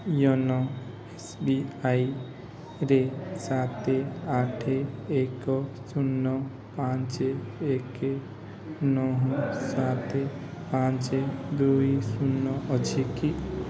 YONO ଏସ୍ବିଆଇରେ ସାତ ଆଠ ଏକ ଶୂନ ପାଞ୍ଚ ଏକେ ନଅ ସାତ ପାଞ୍ଚ ଦୁଇ ଶୂନ ଅଛି କି